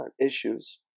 issues